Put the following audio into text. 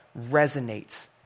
resonates